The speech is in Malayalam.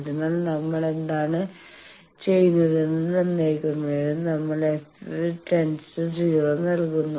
അതിനാൽ നമ്മൾ എന്താണ് ചെയ്യുന്നതെന്ന് നിർണ്ണയിക്കുന്നതിന് നമ്മൾ f → 0 നൽകുന്നു